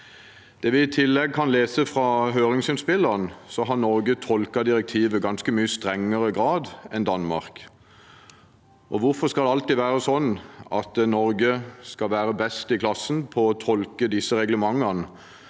det vi kan lese fra høringsinnspillene, har Norge tolket direktivet i ganske mye strengere grad enn Danmark. Hvorfor skal det alltid være sånn at Norge skal være best i klassen på å tolke disse reglementene,